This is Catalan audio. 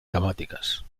temàtiques